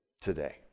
today